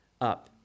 up